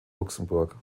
luxemburg